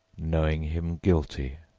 knowing him guilty.